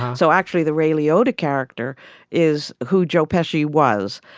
so actually, the ray liotta character is who joe pesci was.